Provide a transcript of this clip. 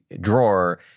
drawer